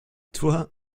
toi